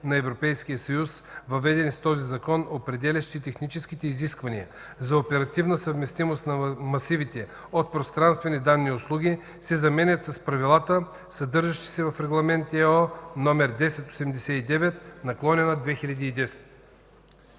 на Европейския съюз, въведени с този закон, определящи техническите изисквания за оперативна съвместимост на масивите от пространствени данни и услуги” се заменят с „правилата, съдържащи се в Регламент (ЕО) № 1089/2010”.”